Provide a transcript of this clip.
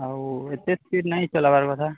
ଆଉ ଏତେ ସ୍ପିଡ଼ ନାଇଁ ଚଲେଇବାର କଥା